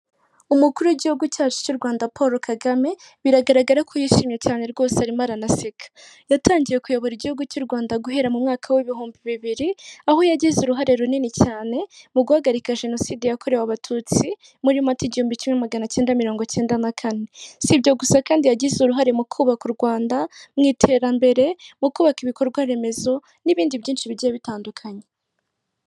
Umukuru w'igihugu cyacu cy'u Rwanda Paul Kagame biragaragara ko yishimye cyane rwose arimo aranaseka yatangiye kuyobora igihugu cy'u Rwanda guhera mu mwaka w'ibihumbi bibiri, aho yagize uruhare runini cyane mu guhagarika Jenoside yakorewe abatutsi muri mata igihumbi kimwe magana cyenda mirongo cyenda na kane sibyo gusa kandi yagize uruhare mu kubaka u Rwanda mu iterambere mu kubaka ibikorwa remezo n'ibindi byinshi bijye bitandukanye.